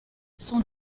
sont